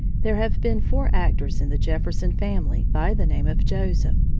there have been four actors in the jefferson family by the name of joseph,